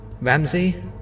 Ramsey